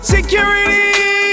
Security